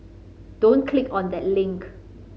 don't click on that link